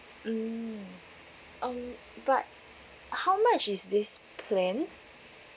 mm um but how much is this plan